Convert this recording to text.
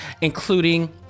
including